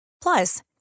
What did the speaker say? Plus